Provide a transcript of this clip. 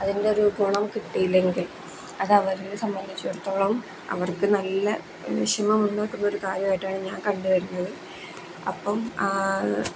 അതിൻ്റെ ഒരു ഗുണം കിട്ടിയില്ലെങ്കിൽ അത് അവരെ സംബന്ധിച്ചടത്തോളം അവർക്ക് നല്ല വിഷമം ഉണ്ടാക്കുന്ന ഒരു കാര്യമായിട്ടാണ് ഞാൻ കണ്ടുവരുന്നത് അപ്പം